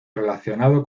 relacionado